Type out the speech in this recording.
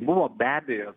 buvo be abejo